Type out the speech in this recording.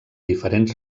diferents